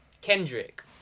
kendrick